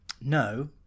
No